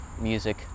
music